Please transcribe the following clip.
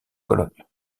cologne